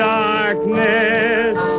darkness